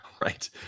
Right